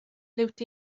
liwt